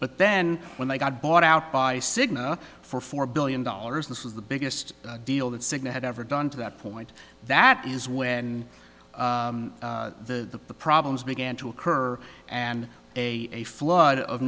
but then when they got bought out by cigna for four billion dollars this was the biggest deal that cigna had ever done to that point that is when the problems began to occur and a a flood of